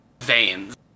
veins